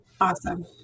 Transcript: Awesome